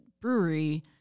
brewery